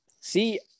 see